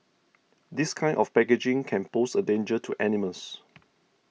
this kind of packaging can pose a danger to animals